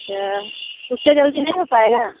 अच्छा उससे जल्दी नहीं हो पाएगा